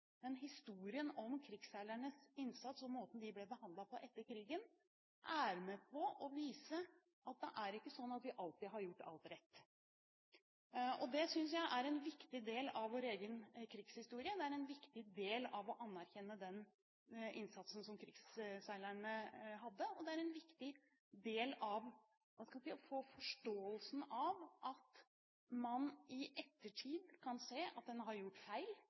Men historien om krigsseilernes innsats og måten de ble behandlet på etter krigen, er med på å vise at det er ikke sånn at vi alltid har gjort alt rett. Det synes jeg er en viktig del av vår egen krigshistorie, det er viktig å anerkjenne den innsatsen som krigsseilerne gjorde, og det er viktig å få forståelsen av at man i ettertid kan se at en har gjort feil